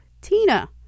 Tina